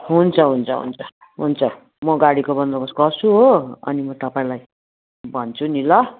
हुन्छ हुन्छ हुन्छ हुन्छ हुन्छ म गाडीको बन्दोबस्त गर्छु हो अनि म तपाईँलाई भन्छु नि ल